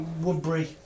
Woodbury